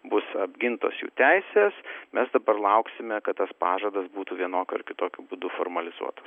bus apgintos jų teisės mes dabar lauksime kad tas pažadas būtų vienokiu ar kitokiu būdu formalizuotas